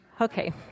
Okay